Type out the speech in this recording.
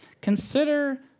Consider